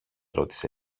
ρώτησε